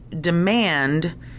demand